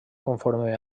conforme